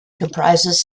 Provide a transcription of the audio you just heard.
comprises